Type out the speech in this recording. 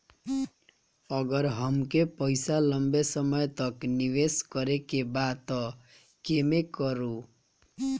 अगर हमके पईसा लंबे समय तक निवेश करेके बा त केमें करों?